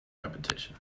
repetition